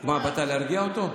באת להרגיע אותו?